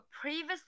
previously